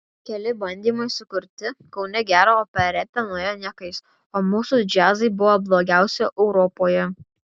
keli bandymai sukurti kaune gerą operetę nuėjo niekais o mūsų džiazai buvo blogiausi europoje